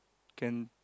can